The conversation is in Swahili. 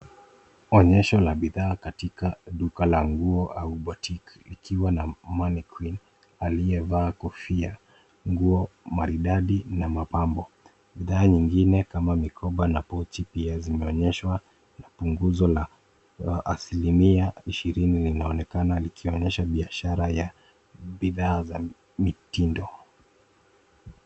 Onyesha la bidhaa katika duka la nguo au boutique likiwa na [c.s]mannequin[c.s] aliyevaa kofia, nguo maridadi na mapambo. Bidhaa nyingine kama mikoba na pochi pia zimeonyeshwa. Punguzo la asilimia ishirini linaonekana likionyesha biashara ya bidhaa za mitindo.